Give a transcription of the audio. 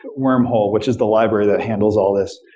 wormhole, which is the library that handles all these,